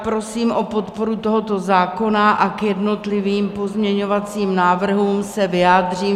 Prosím o podporu tohoto zákona a k jednotlivým pozměňovacím návrhům se vyjádřím.